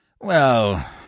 Well